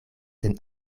sen